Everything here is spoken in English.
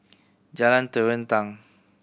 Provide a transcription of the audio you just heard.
Jalan Terentang